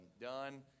done